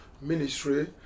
ministry